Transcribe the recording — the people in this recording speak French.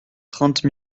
trente